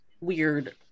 weird